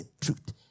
truth